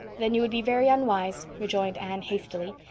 then you would be very unwise, rejoined anne hastily.